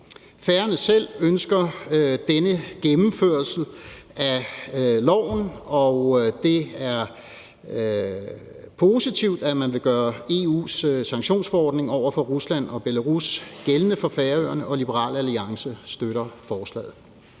Færingerne selv ønsker denne gennemførelse af loven, og det er positivt, at man vil gøre EU's sanktionsforordning over for Rusland og Belarus gældende for Færøerne. Liberal Alliance støtter forslaget.